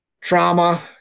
trauma